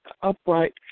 upright